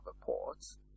ports